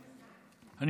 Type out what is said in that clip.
מכובדי השר ומכובדתי השרה,